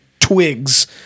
twigs